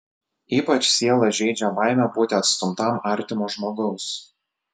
ypač sielą žeidžia baimė būti atstumtam artimo žmogaus